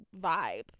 vibe